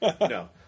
No